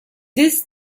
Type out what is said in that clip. this